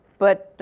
but